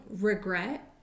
regret